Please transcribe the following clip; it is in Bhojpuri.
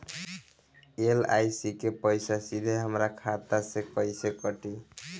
एल.आई.सी के पईसा सीधे हमरा खाता से कइसे कटी?